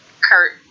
Kurt